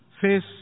face